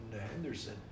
Henderson